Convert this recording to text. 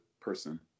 person